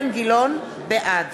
בעד